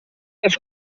tres